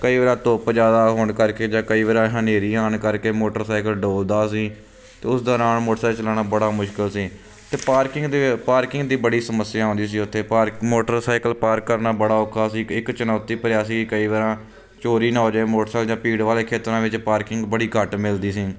ਕਈ ਵਾਰ ਧੁੱਪ ਜ਼ਿਆਦਾ ਹੋਣ ਕਰਕੇ ਜਾਂ ਕਈ ਵਾਰ ਹਨੇਰੀ ਆਉਣ ਕਰਕੇ ਮੋਟਰਸਾਈਕਲ ਡੋਲਦਾ ਸੀ ਅਤੇ ਉਸ ਦੌਰਾਨ ਮੋਟਰਸਾਈਕਲ ਚਲਾਉਣਾ ਬੜਾ ਮੁਸ਼ਕਿਲ ਸੀ ਅਤੇ ਪਾਰਕਿੰਗ ਦੇ ਪਾਰਕਿੰਗ ਦੀ ਬੜੀ ਸਮੱਸਿਆ ਆਉਂਦੀ ਸੀ ਉੱਥੇ ਪਾਰਕ ਮੋਟਰਸਾਈਕਲ ਪਾਰਕ ਕਰਨਾ ਬੜਾ ਔਖਾ ਸੀ ਇੱਕ ਇੱਕ ਚੁਣੌਤੀ ਭਰਿਆ ਸੀ ਕਈ ਵਾਰ ਚੋਰੀ ਨਾ ਹੋ ਜਾਏ ਮੋਟਰਸਾਈਕਲ ਜਾਂ ਭੀੜ ਵਾਲੇ ਖੇਤਰਾਂ ਵਿੱਚ ਪਾਰਕਿੰਗ ਬੜੀ ਘੱਟ ਮਿਲਦੀ ਸੀ